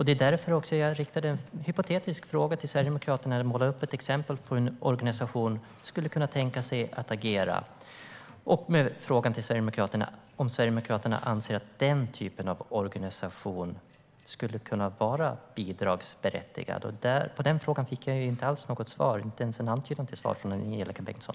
Det är därför jag riktade en hypotetisk fråga till Sverigedemokraterna när jag målade upp ett exempel på hur en organisation kan tänkas agera där jag undrade om Sverigedemokraterna anser att den typen av organisation ska vara bidragsberättigad. På den frågan fick jag inte något svar, inte ens en antydan till svar från Angelika Bengtsson.